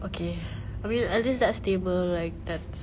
okay I mean at least that's stable like that